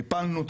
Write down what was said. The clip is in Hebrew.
טיפלנו,